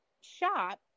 shop